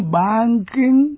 banking